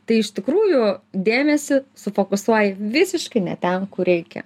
tai iš tikrųjų dėmesį sufokusuoji visiškai ne ten kur reikia